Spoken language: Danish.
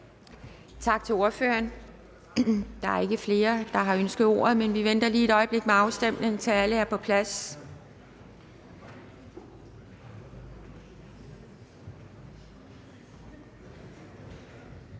Tak til ordføreren. Der er ikke flere, der har ønsket ordet, men vi venter lige et øjeblik med afstemningen, til alle er på plads. Kl.